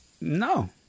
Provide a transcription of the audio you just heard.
No